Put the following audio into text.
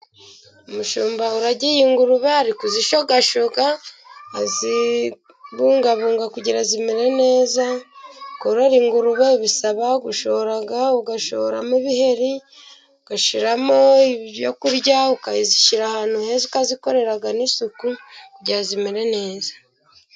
Umushumba uragiye ingurube, ari kuzishyogashoga azibungabunga kugira zimere neza, korora ingurube bisaba gushora, ugashoramo ibiheri, ugashyiramo ibyo kurya, ukazishyira ahantu heza, ukazikorera n'isuku kugira zimereneza.